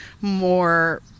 more